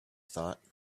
thought